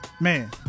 Man